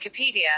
Wikipedia